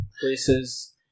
places